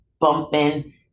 bumping